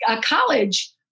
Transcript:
college